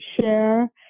share